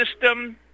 system